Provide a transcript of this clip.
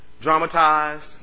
dramatized